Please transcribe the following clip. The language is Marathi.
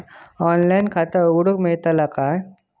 ऑनलाइन खाता उघडूक मेलतला काय?